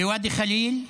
בוואדי ח'ליל,